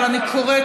אבל אני קוראת,